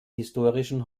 historischen